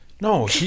No